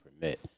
permit